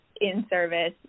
in-service